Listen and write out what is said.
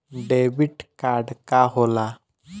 Debit card का होला?